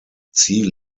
ziel